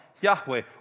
Yahweh